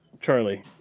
Charlie